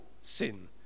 sin